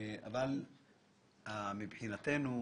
בדיון הזה